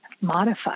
modified